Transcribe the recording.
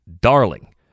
darling